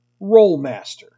Rollmaster